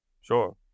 Sure